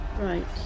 Right